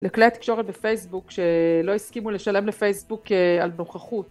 לכלי התקשורת בפייסבוק שלא הסכימו לשלם לפייסבוק על נוכחות